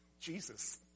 jesus